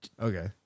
Okay